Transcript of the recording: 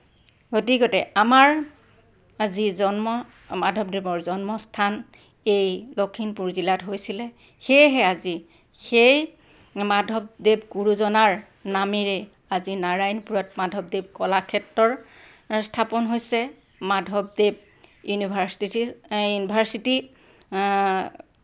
গতিকতে আমাৰ যি জন্ম মাধৱদেৱৰ জন্মস্থান এই লখিমপুৰ জিলাত হৈছিলে সেয়েহে আজি এই মাধৱদেৱ গুৰুজনাৰ নামেৰেই আজি নাৰায়ণপুৰত মাধৱদেৱ কলাক্ষেত্ৰৰ স্থাপন হৈছে মাধৱদেৱ ইউনিভাৰ্টিথি ইউনিভাৰ্চিটি